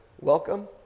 welcome